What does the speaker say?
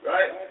Right